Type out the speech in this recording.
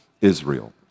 Israel